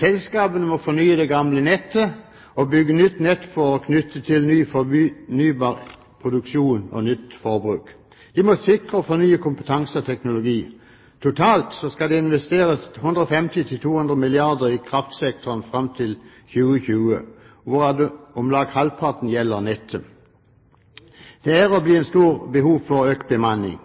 Selskapene må fornye det gamle nettet og bygge nytt nett for å knytte til ny fornybar produksjon og nytt forbruk. De må sikre og fornye kompetanse og teknologi. Totalt skal det investeres 150–200 milliarder kr i kraftsektoren fram til 2020, hvorav om lag halvparten gjelder nettet. Det er og blir et stort behov for økt bemanning.